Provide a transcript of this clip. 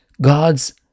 God's